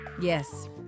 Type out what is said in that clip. Yes